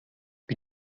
wie